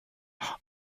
are